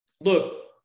look